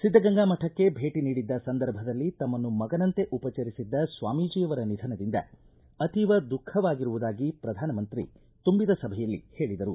ಸಿದ್ಧಗಂಗಾ ಮಠಕ್ಕೆ ಭೇಟಿ ನೀಡಿದ್ದ ಸಂದರ್ಭದಲ್ಲಿ ತಮ್ಮನ್ನು ಮಗನಂತೆ ಉಪಚರಿಸಿದ್ದ ಸ್ವಾಮೀಜಿಯವರ ನಿಧನದಿಂದ ಅತೀವ ದುಃಖವಾಗಿರುವುದಾಗಿ ಪ್ರಧಾನಮಂತ್ರಿ ತುಂಬಿದ ಸಭೆಯಲ್ಲಿ ಹೇಳಿದರು